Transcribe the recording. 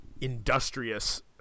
industrious